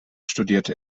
studierte